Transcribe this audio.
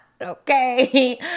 Okay